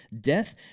death